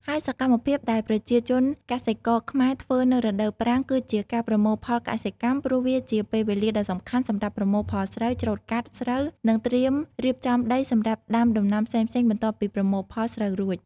ហើយសកម្មភាពដែលប្រជាជនកសិករខ្មែរធ្វើនៅរដូវប្រាំង គឺជាការប្រមូលផលកសិកម្ម ព្រោះវាជាពេលវេលាសំខាន់សម្រាប់ប្រមូលផលស្រូវ ច្រូតកាត់ ស្រូវ និងត្រៀមរៀបចំដីសម្រាប់ដាំដំណាំផ្សេងៗបន្ទាប់ពីប្រមូលផលស្រូវស្រួច។